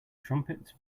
trumpets